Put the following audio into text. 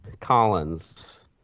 Collins